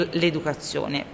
l'educazione